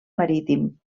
marítim